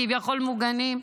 כביכול מוגנים,